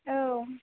औ